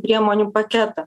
priemonių paketą